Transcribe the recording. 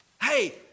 hey